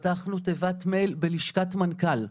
פתחנו תיבת מייל בלשכת מנכ"ל,